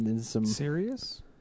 Serious